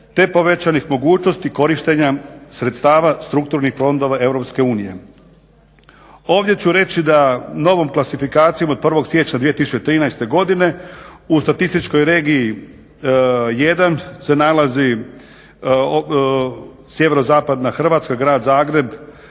te povećanih mogućnosti korištenja sredstava strukturnih fondova EU. Ovdje ću reći da novom klasifikacijom od 1. siječnja 2013. godine u statističkoj regiji 1 se nalazi sjeverozapadna Hrvatska, Grad Zagreb,